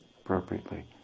appropriately